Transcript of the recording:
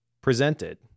presented